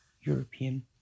European